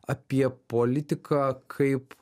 apie politiką kaip